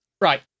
right